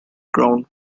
ground